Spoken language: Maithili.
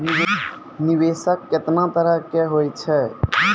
निवेश केतना तरह के होय छै?